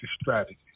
strategy